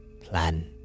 plan